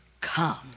come